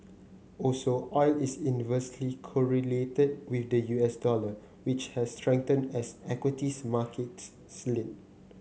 also oil is inversely correlated with the U S dollar which has strengthened as equities markets slid